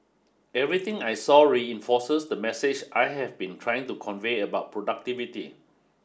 everything I saw reinforces the message I have been trying to convey about productivity